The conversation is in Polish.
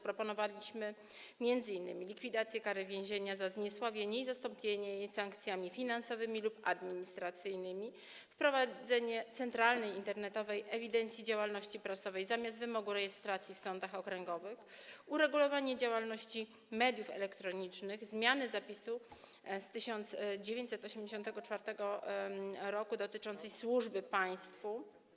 Proponowaliśmy m.in. likwidację kary więzienia za zniesławienie i zastąpienie jej sankcjami finansowymi lub administracyjnymi, wprowadzenie centralnej internetowej ewidencji działalności prasowej zamiast wymogu rejestracji w sądach okręgowych, uregulowanie działalności mediów elektronicznych, zmianę zapisu z 1984 r. dotyczącego służby państwu.